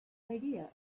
idea